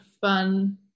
fun